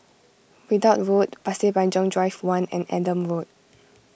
Ridout Road Pasir Panjang Drive one and Adam Road